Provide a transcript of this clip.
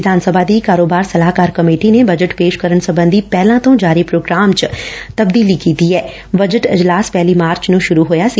ਵਿਧਾਨ ਸਭਾ ਦੀ ਕਾਰੋਬਾਰ ਸਲਾਹਕਾਰ ਕਮੇਟੀ ਨੇ ਬਜਟ ਪੇਸ਼ ਕਰਨ ਸਬੰਧੀ ਪਹਿਲਾਂ ਤੋਂ ਜਾਰੀ ਪ੍ਰੋਗਰਾਮ ਵਿਚ ਤਬਦੀਲੀ ਕੀਤੀ ਐ ਬਜਟ ਇਜਲਾਸ ਪਹਿਲੀ ਮਾਰਚ ਨੂੰ ਸੁਰੂ ਹੋਇਆ ਸੀ